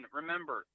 remember